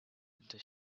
into